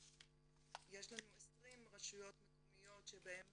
יש לנו 20 רשויות מקומיות שבהן